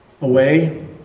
away